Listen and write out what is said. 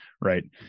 right